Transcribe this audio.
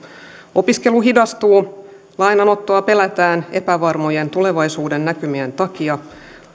opiskelu hidastuu lainanottoa pelätään epävarmojen tulevaisuudennäkymien takia